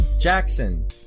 Jackson